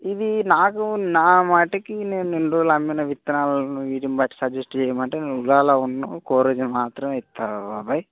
ఇది నాకు నా మట్టుకు నేను ఇన్ని రోజులు అమ్మిన విత్తనాలను వీటిని బట్టి సజ్జెస్ట్ చేయం అంటే నేను ఉగాలను కోరోజిన్ మాత్రమే ఇస్తాను బాబయ్